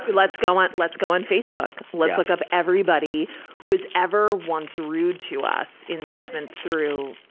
let's go on, let's go on facebook. let's look up everybody who was ever once rude to us in seventh through,